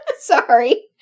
Sorry